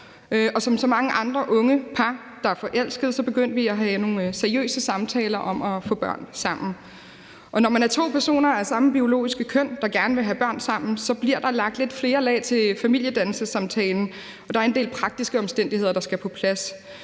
som så mange andre unge par, der er forelskede, begyndte vi at have nogle seriøse samtaler om at få børn sammen. Og når man er to personer af det samme biologiske køn, der gerne vil have børn sammen, så bliver der lagt lidt flere lag til familiedannelsessamtalen, og der er en del praktiske omstændigheder, der skal på plads,